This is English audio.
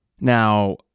Now